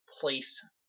place